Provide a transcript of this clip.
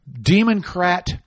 Democrat